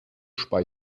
speichern